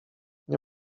nie